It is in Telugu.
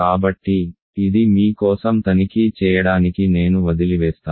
కాబట్టి ఇది మీ కోసం తనిఖీ చేయడానికి నేను వదిలివేస్తాను